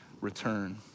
return